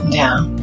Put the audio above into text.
down